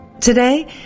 Today